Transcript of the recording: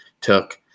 took